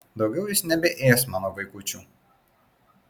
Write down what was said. daugiau jis nebeės mano vaikučių